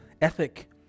ethic